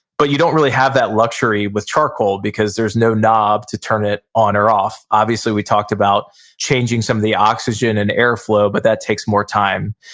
but you don't really have that luxury with charcoal, because there's no knob to turn it on or off. obviously, we talked about changing some of the oxygen and airflow, but that takes more time.